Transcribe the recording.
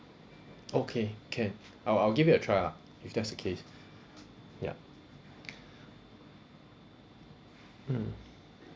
okay can I'll I'll give it a try lah if that's the case ya mm